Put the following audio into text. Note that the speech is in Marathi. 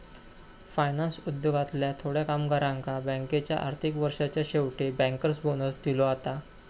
फायनान्स उद्योगातल्या थोड्या कामगारांका बँकेच्या आर्थिक वर्षाच्या शेवटी बँकर्स बोनस दिलो जाता